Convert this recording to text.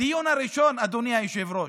הדיון הראשון, אדוני היושב-ראש,